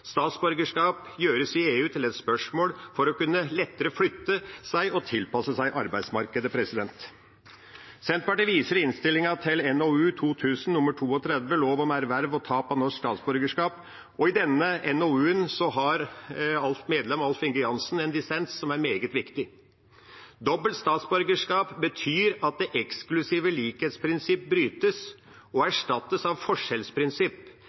Statsborgerskap gjøres i EU til et spørsmål om lettere å kunne flytte på seg og tilpasse seg arbeidsmarkedet. Senterpartiet viser i innstillingen til NOU 2000: 32, Lov om erverv og tap av norsk statsborgerskap. I denne NOU-en har medlem Alf-Inge Jansen en dissens som er meget viktig, nemlig at dobbelt statsborgerskap betyr at det «eksklusive likhetsprinsippet brytes og erstattes av et forskjellsprinsipp»,